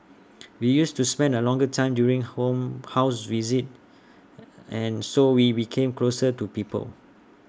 we used to spend A longer time during home house visits and so we became closer to people